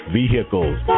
vehicles